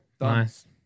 Nice